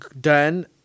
done